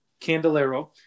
Candelero